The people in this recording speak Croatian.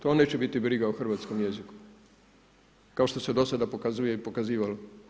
To neće biti briga u hrvatskom jeziku, kao što se dosada pokazuje i pokazivalo.